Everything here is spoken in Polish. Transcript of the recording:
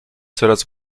coraz